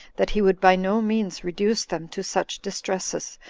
that he would by no means reduce them to such distresses,